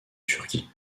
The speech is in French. turquie